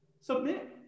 Submit